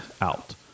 Out